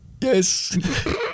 Yes